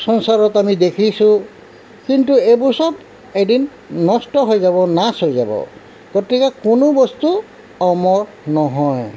সংসাৰত আমি দেখিছোঁ কিন্তু এইবোৰ চব এদিন নষ্ট হৈ যাব নাশ হৈ যাব গতিকে কোনো বস্তু অমৰ নহয়